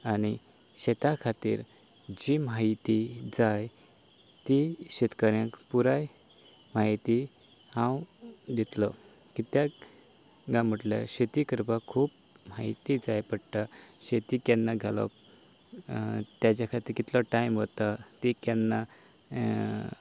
आनी शेता खातीर जी म्हायती जाय ती शेतकऱ्यांक पुराय म्हायती हांव दितलो कित्याक काय म्हणल्यार शेती करपाक खूब म्हायती जाय पडटा शेती केन्ना घालप आनी ताजे खातीर कितलो टायम वता ती केन्ना